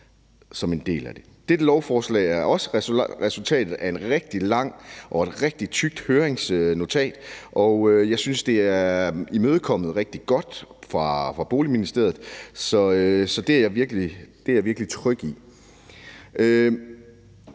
som en del af det. Dette lovforslag er også resultatet af et rigtig langt og rigtigt tykt høringsnotat. Jeg synes, at det er imødekommet rigtig godt af Boligministeriet, så det er jeg virkelig tryg